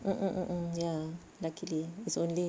mm mm mm mm ya lucikly it's only